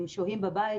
הם שוהים בבית.